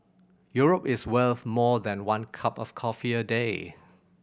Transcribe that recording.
Europe is worth more than one cup of coffee a day